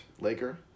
Laker